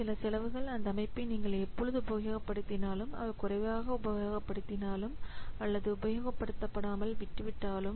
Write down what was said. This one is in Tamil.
சில செலவுகள் அந்த அமைப்பை நீங்கள் எப்பொழுதும் உபயோகப்படுத்தினாலும் அல்லது குறைவாக உபயோகப்படுத்தினாலும் அல்லது உபயோகப்படுத்தாமல் விட்டுவிட்டாலும்